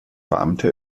beamte